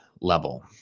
level